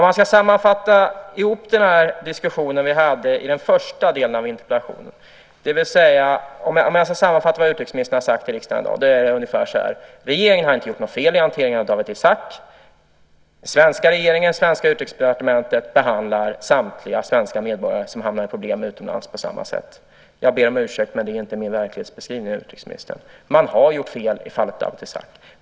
Om jag ska sammanfatta vad utrikesministern sagt i riksdagen i dag, när det gäller den första delen av interpellationen, är det ungefär följande: Regeringen har inte gjort något fel i hanteringen av Dawit Isaak. Den svenska regeringen och det svenska Utrikesdepartementet behandlar samtliga svenska medborgare som hamnar i problem utomlands på samma sätt. Jag ber om ursäkt, utrikesministern, men det är inte min uppfattning av verkligheten. Man har gjort fel i fallet Dawit Isaak.